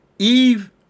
Eve